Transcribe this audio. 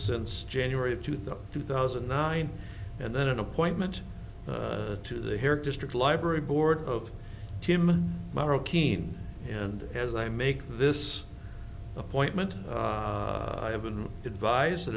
since january of two thousand two thousand and nine and then an appointment to the hair district library board of tim morrow keene and as i make this appointment i have been advis